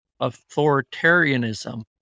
authoritarianism